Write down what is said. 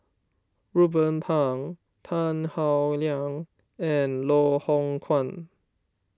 Ruben Pang Tan Howe Liang and Loh Hoong Kwan